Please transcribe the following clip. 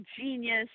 genius